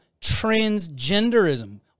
transgenderism